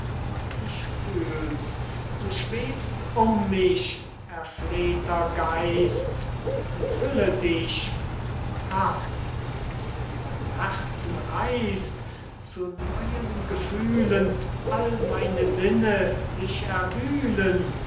ich fühl's du schwebst um mich erflehter geist enthülle dich ha wie's in meinem herzen reißt zu neuen gefühlen all meine sinnen sich erwühlen